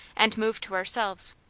and move to ourselves.